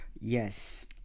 yes